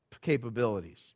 capabilities